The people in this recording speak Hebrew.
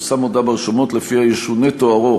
תפורסם הודעה ברשומות שלפיה ישונה תוארו